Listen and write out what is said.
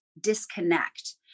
disconnect